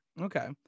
Okay